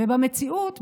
ובמציאות,